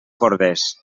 corders